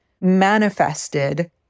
manifested